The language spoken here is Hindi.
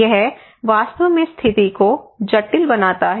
यह वास्तव में स्थिति को जटिल बनाता है